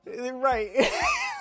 right